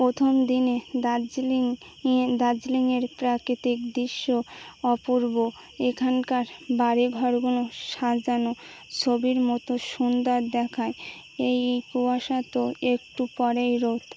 প্রথম দিনে দার্জিলিং দার্জিলিংয়ের প্রাকৃতিক দিশ্য অপূর্ব এখানকার বাড়ি ঘরগুনো সাজানো ছবির মতো সুন্দর দেখায় এই কুয়াশা তো একটু পরেই রোদ